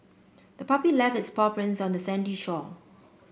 the puppy left its paw prints on the sandy shore